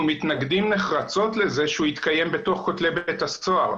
אנחנו מתנגדים נחרצות לזה שהוא יתקיים בתוך כותלי בית הסוהר.